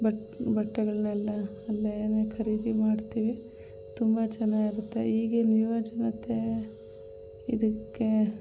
but ಬಟ್ಟೆಗಳನ್ನೆಲ್ಲ ಅಲ್ಲೇನೆ ಖರೀದಿ ಮಾಡ್ತೀವಿ ತುಂಬ ಚೆನ್ನಾಗಿರುತ್ತೆ ಈಗಿನ ಯುವ ಜನತೆ ಇದಕ್ಕೆ